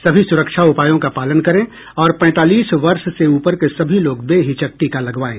सभी सुरक्षा उपायों का पालन करें और पैंतालीस वर्ष से ऊपर के सभी लोग बेहिचक टीका लगवाएं